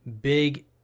big